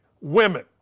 women